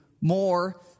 more